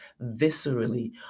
viscerally